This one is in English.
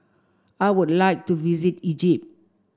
I would like to visit Egypt